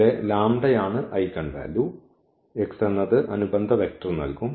ഇതിലെ ലാംഡയാണ് eigenvalue x എന്നത് അനുബന്ധ ഐഗൺവെക്റ്റർ നൽകും